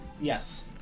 Yes